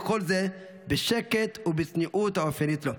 וכל זה בשקט ובצניעות האופיינית לו.